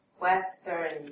Western